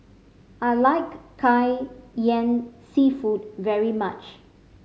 I like kai yan seafood very much